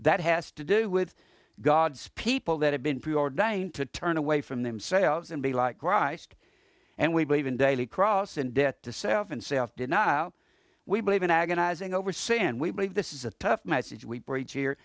that has to do with god's people that have been preordained to turn away from themselves and be like christ and we believe in daily cross and death to self and self denial we believe in agonizing over sin we believe this is a tie the message we preach here